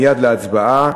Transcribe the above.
מייד להצבעה.